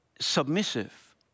submissive